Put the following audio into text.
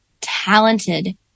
talented